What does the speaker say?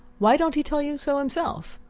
why don't he tell you so himself?